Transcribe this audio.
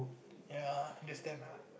ya there's that lah